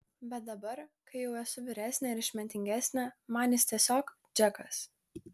bet dabar kai jau esu vyresnė ir išmintingesnė man jis tiesiog džekas